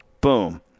Boom